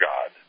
God